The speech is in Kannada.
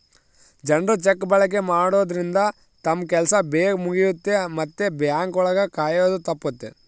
ಜನ್ರು ಚೆಕ್ ಬಳಕೆ ಮಾಡೋದ್ರಿಂದ ತಮ್ ಕೆಲ್ಸ ಬೇಗ್ ಮುಗಿಯುತ್ತೆ ಮತ್ತೆ ಬ್ಯಾಂಕ್ ಒಳಗ ಕಾಯೋದು ತಪ್ಪುತ್ತೆ